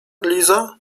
liza